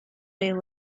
they